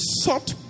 sought